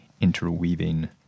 interweaving